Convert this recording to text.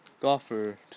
golfer